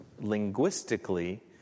linguistically